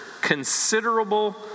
considerable